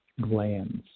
glands